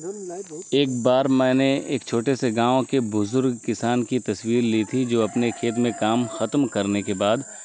ایک بار میں نے ایک چھوٹے سے گاؤں کے بزرگ کسان کی تصویر لی تھی جو اپنے کھیت میں کام ختم کرنے کے بعد